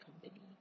company